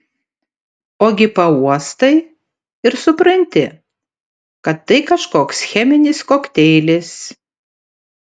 ogi pauostai ir supranti kad tai kažkoks cheminis kokteilis